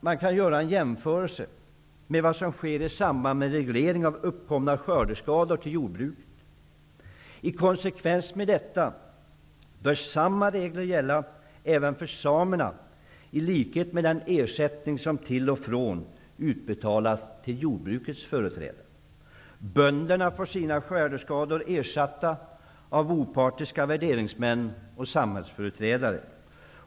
Man kan göra en jämförelse med vad som sker i samband med reglering av uppkomna skördeskador inom jordbruket. I konsekvens med detta bör samma regler gälla för samerna som för jordbrukets företrädare i samband med utbetalning av ersättning för skördeskador. Bönderna får sina skördeskador ersatta av opartiska värderingsmän och samhällsföreträdare.